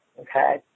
okay